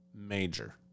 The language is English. Major